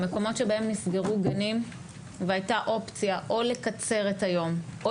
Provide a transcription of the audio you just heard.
במקומות שבהם נסגרו גנים והייתה אופציה או לקצר את היום או